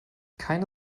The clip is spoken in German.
keine